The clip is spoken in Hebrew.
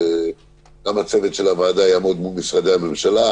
גם הצוות של הוועדה יעמוד מול משרדי הממשלה,